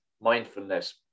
mindfulness